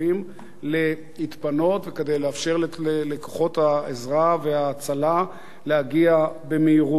להתפנות וכדי לאפשר לכוחות העזרה וההצלה להגיע במהירות.